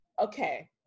Okay